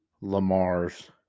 Lamar's